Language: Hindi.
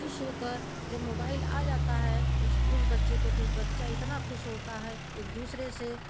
खुश होकर जब मोबाइल आ जाता है उस उस बच्चे का तो बच्चा इतना खुश होता है कि एक दूसरे